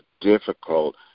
difficult